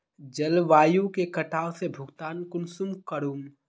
जलवायु के कटाव से भुगतान कुंसम करूम?